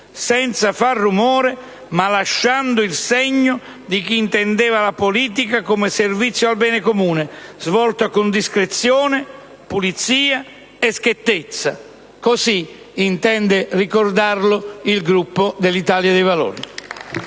senza far rumore, ma lasciando il segno di chi intendeva la politica come servizio al bene comune svolto con discrezione, pulizia e schiettezza. Così intende ricordarlo il Gruppo dell'Italia dei Valori.